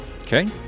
Okay